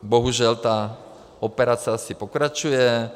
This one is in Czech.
Bohužel ta operace asi pokračuje.